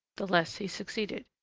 the less he succeeded.